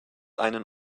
einen